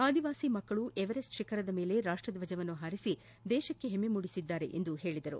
ಆದಿವಾಸಿ ಮಕ್ಕಳು ಎವರೆಸ್ಸ್ ಶಿಖರದ ಮೇಲೆ ರಾಷ್ಲಧ್ವಜವನ್ನು ಹಾರಿಸಿ ದೇಶಕ್ಕೆ ಹೆಮ್ನೆ ಮೂಡಿಸಿದ್ದಾರೆ ಎಂದರು